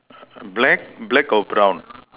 black black or brown